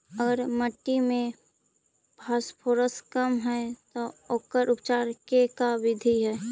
अगर मट्टी में फास्फोरस कम है त ओकर उपचार के का बिधि है?